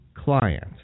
Client